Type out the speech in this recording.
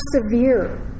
persevere